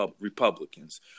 Republicans